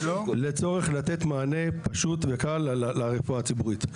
לצורך מתן מענה פשוט וקל לרפואה הציבורית.